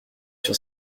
sur